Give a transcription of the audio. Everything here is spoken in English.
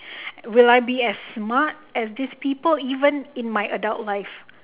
will I be as smart as these people even in my adult life